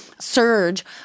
surge